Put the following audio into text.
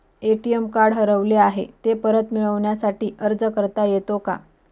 ATM card हरवले आहे, ते परत मिळण्यासाठी अर्ज करता येतो का?